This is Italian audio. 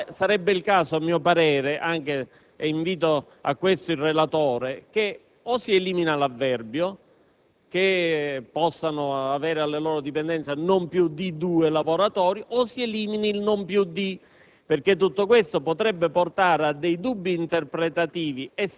È scritto male perché, quando si usa l'avverbio «contestualmente» con riferimento a «non più di due lavoratori» c'è un avverbio in più, cioè «contestualmente», perché la contestualità non può che riferirsi a due lavoratori, oppure ci sono tre parole in più, cioè «non più di».